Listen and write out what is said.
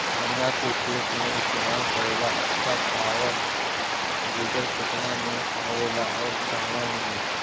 गन्ना के खेत में इस्तेमाल करेला अच्छा पावल वीडर केतना में आवेला अउर कहवा मिली?